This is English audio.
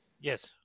Yes